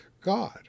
God